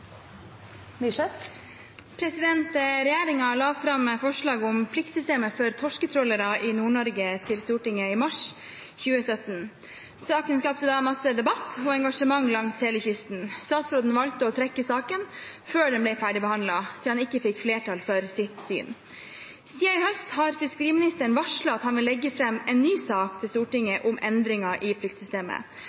la fram for Stortinget forslag om pliktsystemet for torsketrålere i Nord-Norge i mars 2017. Saken skapte masse debatt og engasjement langs hele kysten. Statsråden valgte å trekke saken før den var ferdigbehandlet, siden han ikke fikk flertall for sitt syn. Siden i høst har fiskeriministeren varslet at han vil legge fram en ny sak for Stortinget om endringer i pliktsystemet,